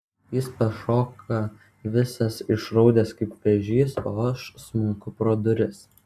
jis pašoka visas išraudęs kaip vėžys o aš smunku pro duris